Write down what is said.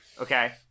Okay